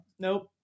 Nope